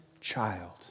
child